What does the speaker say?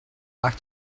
back